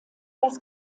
das